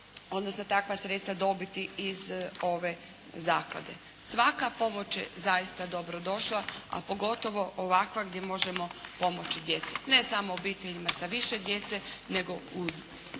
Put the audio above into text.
odnosno takva sredstva dobiti iz ove zaklade. Svaka pomoć je zaista dobro došla, a pogotovo ovakva gdje možemo pomoći djeci. Ne samo obiteljima sa više djece, nego u